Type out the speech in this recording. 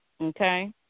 Okay